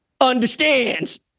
understands